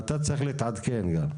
אתה צריך להתעדכן גם.